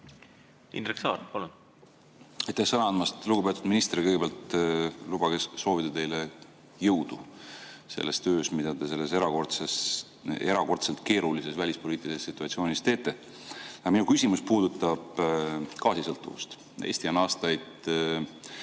aruteludes? Aitäh sõna andmast! Lugupeetud minister! Kõigepealt lubage soovida teile jõudu selles töös, mida te selles erakordselt keerulises välispoliitilises situatsioonis teete. Aga minu küsimus puudutab gaasisõltuvust. Eesti on aastaid